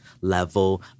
level